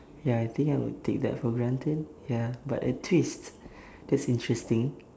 ya I think I would take that for granted ya but a twist that's interesting